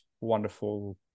wonderful